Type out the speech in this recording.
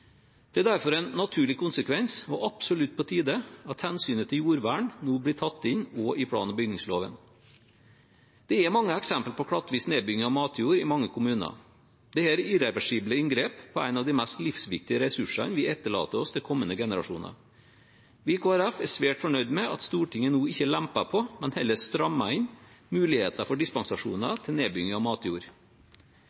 Det er derfor en naturlig konsekvens og absolutt på tide at hensynet til jordvern nå blir tatt inn også i plan- og bygningsloven. Det er mange eksempel på klattvis nedbygging av matjord i mange kommuner. Dette er irreversible inngrep på en av de mest livsviktige ressursene vi etterlater oss til kommende generasjoner. Vi i Kristelig Folkeparti er svært fornøyd med at Stortinget nå ikke lemper på, men heller strammer inn, muligheter for